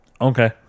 Okay